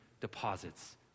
deposits